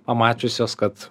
pamačiusios kad